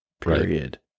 period